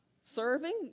serving